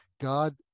God